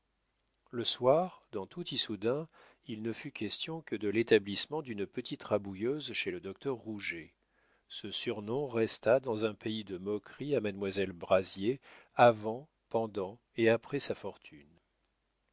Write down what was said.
le soir dans tout issoudun il ne fut question que de l'établissement d'une petite rabouilleuse chez le docteur rouget ce surnom resta dans un pays de moquerie à mademoiselle brazier avant pendant et après sa fortune